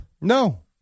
No